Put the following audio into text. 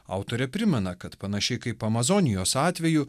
autorė primena kad panašiai kaip amazonijos atveju